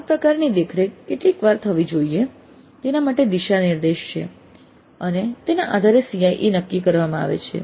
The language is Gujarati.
આ પ્રકારની દેખરેખ કેટલી વાર થવી જોઈએ તેના માટે દિશાનિર્દેશ છે અને તેના આધારે CIE નક્કી કરવામાં આવે છે